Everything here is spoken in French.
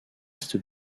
est